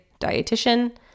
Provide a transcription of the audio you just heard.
dietitian